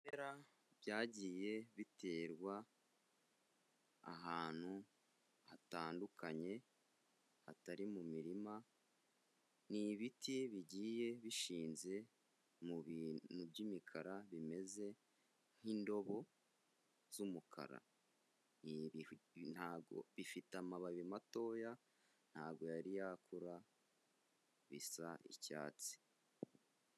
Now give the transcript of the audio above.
Ibimera byagiye biterwa ahantu hatandukanye hatari mu mirima, ni ibiti bigiye bishinze mu bintu by'imikara bimeze n'indobo z'umukara ntago bifite amababi matoya ntabwo yari yakura bisa icyatsi.